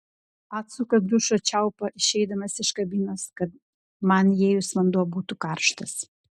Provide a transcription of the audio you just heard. atsuka dušo čiaupą išeidamas iš kabinos kad man įėjus vanduo būtų karštas